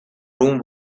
room